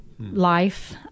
life